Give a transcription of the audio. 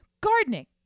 Gardening